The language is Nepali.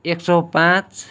एक सौ पाँच